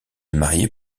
marié